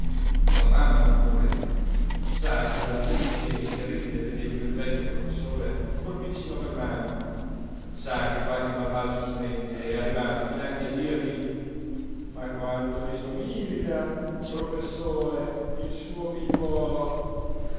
la mamma non vorrebbe sa che la trista gente ride vedendo il vecchio professore col piccino per mano sa che qualche malvagio insolente è arrivato finanche a dirgli ma quanto gli somiglia professore il suo figliuolo